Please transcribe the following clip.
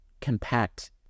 compact